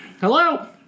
Hello